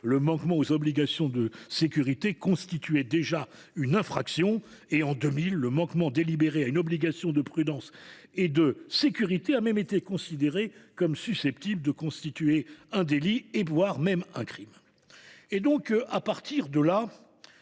le manquement aux obligations de sécurité constituait déjà une infraction. En 2000, le manquement délibéré à une obligation de prudence et de sécurité a même été considéré comme susceptible de constituer un délit, voire un crime. Dès lors, la